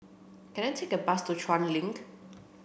can I take a bus to Chuan Link